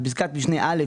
בפסקת משנה (א),